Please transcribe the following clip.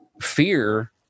fear